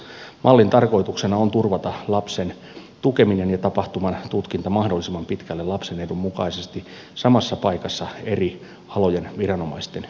mallin tarkoituksena on turvata lapsen tukeminen ja tapahtuman tutkinta mahdollisimman pitkälle lapsen edun mukaisesti samassa paikassa eri alojen viranomaisten yhteistyönä